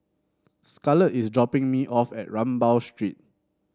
Scarlet is dropping me off at Rambau Street